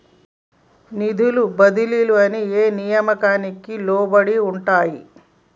నిధుల బదిలీలు అన్ని ఏ నియామకానికి లోబడి ఉంటాయి?